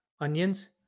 onions